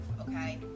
okay